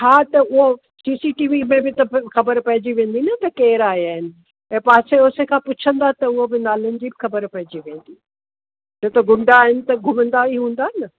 हा त उहो सी सी टी वी में त ख़बर पइजी वेंदी न केरु आया आहिनि ऐं पासे ओसे खां पुछंदा त उहो बि नालनि जी बि ख़बर पइजी वेंदी जिते गुंडा आहिनि त गुंडा ई हूंदा न